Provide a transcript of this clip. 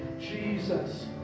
Jesus